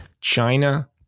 China